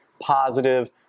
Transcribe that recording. positive